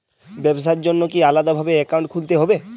ব্যাবসার জন্য কি আলাদা ভাবে অ্যাকাউন্ট খুলতে হবে?